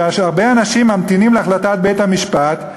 שהרבה אנשים ממתינים להחלטת בית-המשפט,